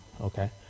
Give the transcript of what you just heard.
Okay